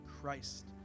Christ